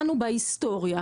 לנו בהיסטוריה,